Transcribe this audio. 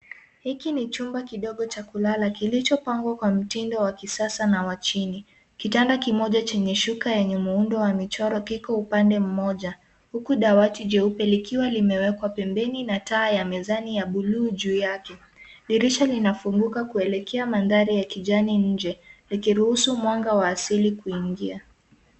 Hiki ni chumba kidogo cha kulala kilicho pangwa kwa mtindo wa kisasa na wa chini, kitanda kimoja chenye shuka yenye muundo wa michoro kiko upande moja huku dawati jeupe likiwa limewekwa pembeni na taa ya mezani ya buluu juu yake. Dirisha lina funguka kuelekea mandhari ya kijani nje liki ruhusu mwanga wa asili kuingia.